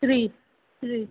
tree tree